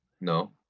No